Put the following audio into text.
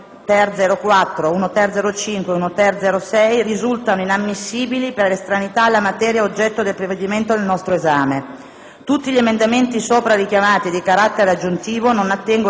Tutti gli emendamenti sopra richiamati di carattere aggiuntivo non attengono, infatti, all'attuazione di obblighi comunitari come, invece, previsto dal decreto-legge, nel testo modificato dalla Camera dei deputati.